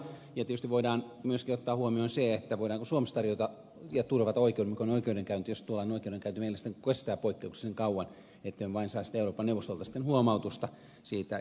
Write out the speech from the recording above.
ja tietysti voidaan myöskin ottaa huomioon se voidaanko tarjota ja turvata oikeudenmukainen oikeudenkäynti suomessa missä tuollainen oikeudenkäynti mielestäni kestää poikkeuksellisen kauan ettemme vain saa sitten euroopan neuvostolta huomautusta siitä kestosta